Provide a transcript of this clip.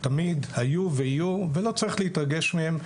תמיד היו ולא צריך להתרגש מהם,